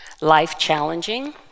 life-challenging